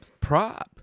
prop